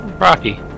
Rocky